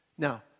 Now